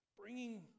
bringing